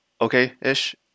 okay-ish